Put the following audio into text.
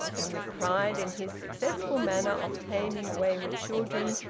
and with pride in his successful manner of taming wayward children,